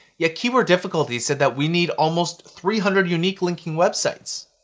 yet keyword difficulty said that we need almost three hundred unique linking websites.